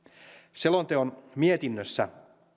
selonteon mietinnössä